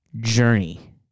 Journey